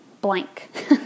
blank